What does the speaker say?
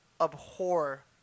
abhor